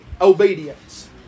obedience